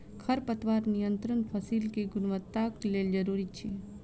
खरपतवार नियंत्रण फसील के गुणवत्ताक लेल जरूरी अछि